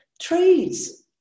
trees